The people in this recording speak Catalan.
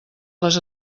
les